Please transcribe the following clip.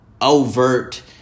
overt